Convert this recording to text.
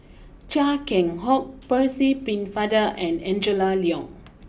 Chia Keng Hock Percy Pennefather and Angela Liong